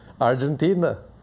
Argentina